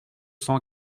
cent